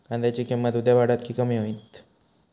कांद्याची किंमत उद्या वाढात की कमी होईत?